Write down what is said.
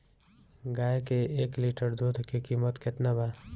गाए के एक लीटर दूध के कीमत केतना बा?